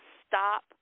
stop